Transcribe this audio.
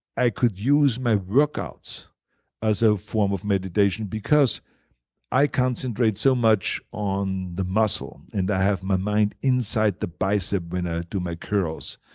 i could use my workouts as a form of meditation because i concentrate so much on the muscle and i have my mind inside the bicep when i ah do my curls.